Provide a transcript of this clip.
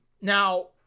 Now